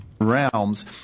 realms